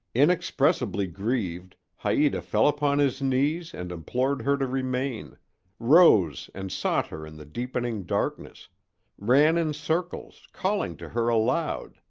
inexpressibly grieved, haita fell upon his knees and implored her to remain rose and sought her in the deepening darkness ran in circles, calling to her aloud,